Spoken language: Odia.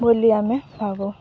ବୋଲି ଆମେ ଭାବୁ